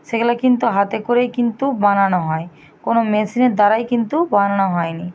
সেগুলা কিন্তু হাতে করেই কিন্তু বানানো হয় কোনো মেশিনের দ্বারাই কিন্তু বানানো হয়নি